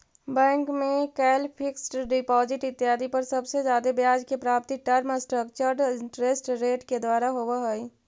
bank में कैल fixed deposit इत्यादि पर सबसे जादे ब्याज के प्राप्ति टर्म स्ट्रक्चर्ड इंटरेस्ट रेट के द्वारा होवऽ हई